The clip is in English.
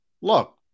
look